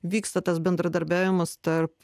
vyksta tas bendradarbiavimas tarp